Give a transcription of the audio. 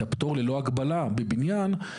פטור ללא הגבלה בבניין,